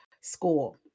School